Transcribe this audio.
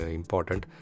important